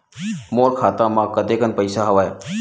मोर खाता म कतेकन पईसा हवय?